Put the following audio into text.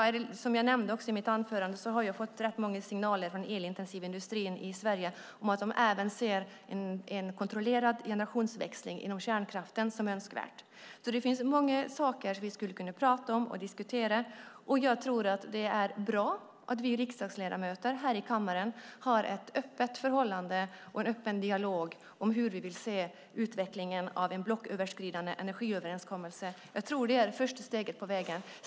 Som jag nämnde i mitt anförande har jag fått rätt många signaler från den elintensiva industrin i Sverige om att de ser en kontrollerad generationsväxling inom kärnkraften som önskvärd. Det finns alltså många saker vi skulle kunna prata om och diskutera. Jag tror att det är bra att vi riksdagsledamöter här i kammaren har ett öppet förhållande och en öppen dialog om hur vi vill se utvecklingen av en blocköverskridande energiöverenskommelse. Jag tror att det är första steget på vägen.